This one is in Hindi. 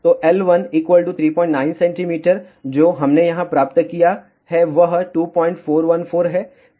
तो L1 39 cm जो हमने यहां प्राप्त किया है वह 2414 है